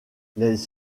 les